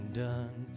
done